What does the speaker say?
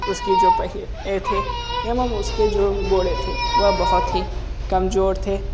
उसकी जो पहिए थे एवं उसके जो गोड़े थे वो बहुत ही कमजोर थे